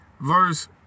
Verse